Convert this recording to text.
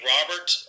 Robert